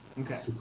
Okay